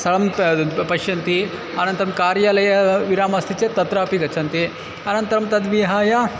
स्थलं पश्यन्ति अनन्तरं कार्यालये विरामः अस्ति चेत् तत्रापि गच्छन्ति अनन्तरं तद्विहाय